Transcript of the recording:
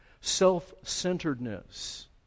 self-centeredness